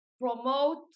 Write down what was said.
promote